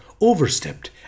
overstepped